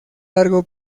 largo